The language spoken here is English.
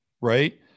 right